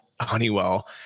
Honeywell